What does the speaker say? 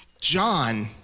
John